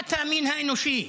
חלאת המין האנושי.